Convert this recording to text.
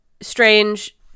Strange